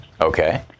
Okay